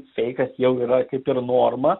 feikas jau yra kaip ir norma